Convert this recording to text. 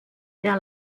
der